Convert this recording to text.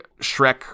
Shrek